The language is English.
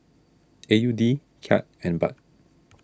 A U D Kyat and Baht